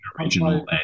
original